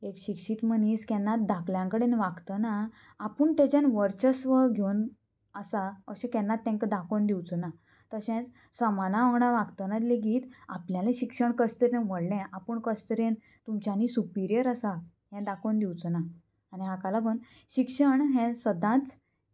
एक शिक्षीत मनीस केन्नात धाकल्यांकडेन वागतना आपूण तेज्यान वर्चस्व घेवन आसा अशें केन्नाच तेंका दाखोवन दिवचो ना तशेंच समाना वांगडा वागतना लेगीत आपल्यालें शिक्षण कशें तरेन व्हडलें आपूण कश तरेन तुमच्यांनी सुपिरियर आसा हें दाखोवन दिवचो ना आनी हाका लागून शिक्षण हें सदांच